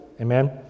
amen